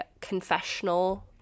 confessional